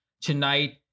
Tonight